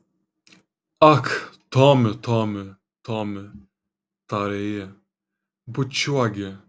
ak tomi tomi tomi tarė ji bučiuok gi